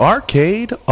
Arcade